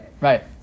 Right